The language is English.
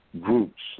groups